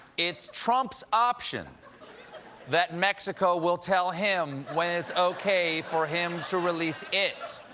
it's trump's option that mexico will tell him when it's okay for him to release it.